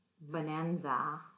Bonanza